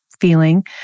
feeling